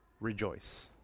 rejoice